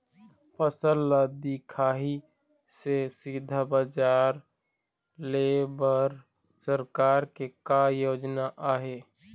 फसल ला दिखाही से सीधा बजार लेय बर सरकार के का योजना आहे?